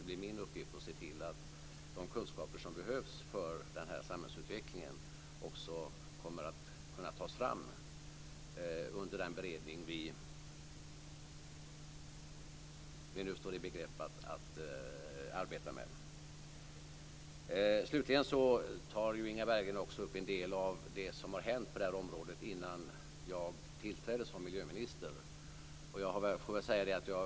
Det blir min uppgift att se till att de kunskaper som behövs för den här samhällsutvecklingen också kommer att tas fram under den beredning vi står i begrepp att arbeta med. Inga Berggren tog också upp en del saker som hänt på området innan jag tillträdde som miljöminister.